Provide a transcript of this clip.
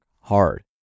hard